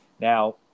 now